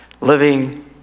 living